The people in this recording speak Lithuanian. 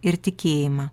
ir tikėjimą